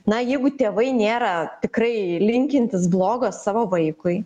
na jeigu tėvai nėra tikrai linkintys blogo savo vaikui